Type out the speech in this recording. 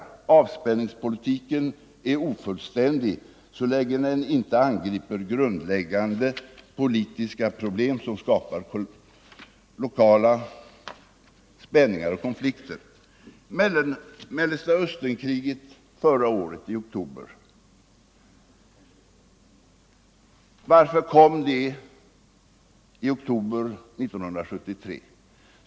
Avspänningspolitiken är ofullständig så länge den inte angriper grundläggande politiska problem som skapar lokala spänningar och konflikter. Varför kom Mellersta Östernkriget i oktober 1973?